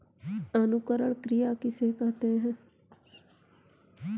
अंकुरण क्रिया किसे कहते हैं?